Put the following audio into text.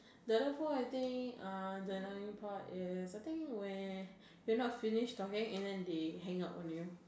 the other four I think uh the annoying part is I think when your not finished talking then they hang up on you